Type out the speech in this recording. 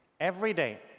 every day,